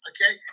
Okay